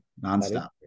nonstop